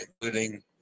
including